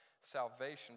salvation